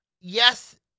Yes